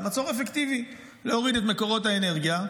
מצור אפקטיבי: להוריד את מקורות האנרגיה,